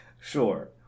Sure